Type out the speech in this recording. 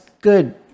good